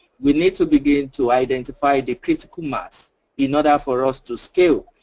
we need to begin to identify the critical mass in order for us to scale.